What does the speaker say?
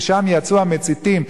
משם יצאו המציתים,